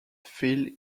phil